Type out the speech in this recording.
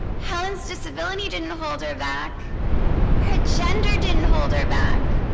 helen's disability didn't the holder back her gender didn't hold her back